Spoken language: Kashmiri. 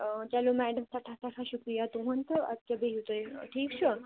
اۭں چَلو میڈَم سٮ۪ٹھاہ سٮ۪ٹھاہ شُکرِیہ تُہُنٛد تہٕ اَدکیاہ بیٚہو تُہۍ ٹھیٖک چھا